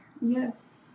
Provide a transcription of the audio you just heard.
Yes